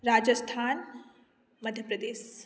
Rajasthan Madhya Pradesh